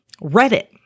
Reddit